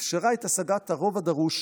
ואפשרה את השגת הרוב הדרוש